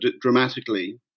dramatically